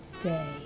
Day